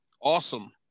Awesome